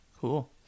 Cool